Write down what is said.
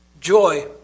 Joy